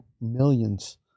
millions